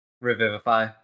revivify